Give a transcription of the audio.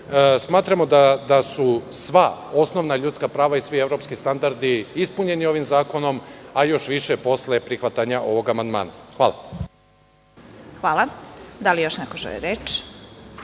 smatramo da su sva osnovna ljudska prava i svi evropski standardi ispunjeni ovim zakonom, a još više posle prihvatanja ovog amandmana. Hvala. **Vesna Kovač** Hvala. Da li još neko želi reč?